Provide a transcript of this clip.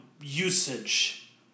usage